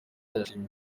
yashimye